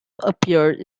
appeared